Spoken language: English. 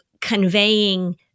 conveying